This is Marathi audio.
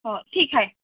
हो ठीक आहे